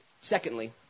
Secondly